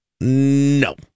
no